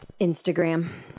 Instagram